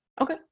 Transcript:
Okay